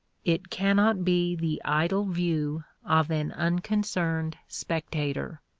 it cannot be the idle view of an unconcerned spectator.